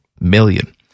million